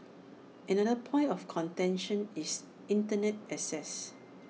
another point of contention is Internet access